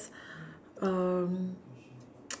um